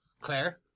Claire